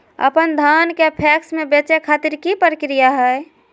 अपन धान के पैक्स मैं बेचे खातिर की प्रक्रिया हय?